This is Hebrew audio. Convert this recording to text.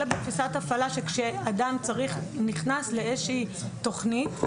אלא בתפיסת הפעלה שכשאדם נכנס לאיזושהי תוכנית,